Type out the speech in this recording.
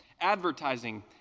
Advertising